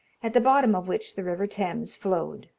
at the bottom of which the river thames flowed.